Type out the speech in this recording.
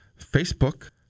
Facebook